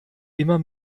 immer